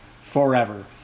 forever